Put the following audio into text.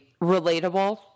relatable